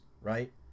right